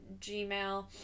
Gmail